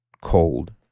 cold